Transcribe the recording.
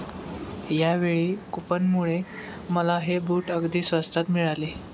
यावेळी कूपनमुळे मला हे बूट अगदी स्वस्तात मिळाले